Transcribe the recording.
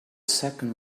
second